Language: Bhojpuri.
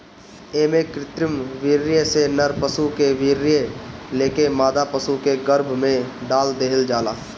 एमे कृत्रिम वीर्य से नर पशु के वीर्य लेके मादा पशु के गर्भ में डाल देहल जाला